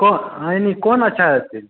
कोन एहिमे कोन अच्छा होयतै